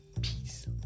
peace